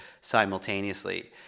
simultaneously